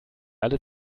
alle